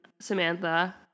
Samantha